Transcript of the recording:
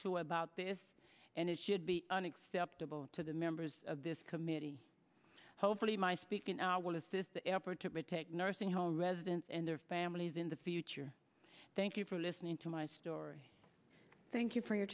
to about this and it should be unacceptable to the members of this committee hopefully my speaking our will is this the effort to protect nursing home residents and their families in the future thank you for listening to my story thank you for your